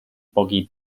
boggy